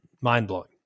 mind-blowing